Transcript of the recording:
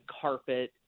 carpet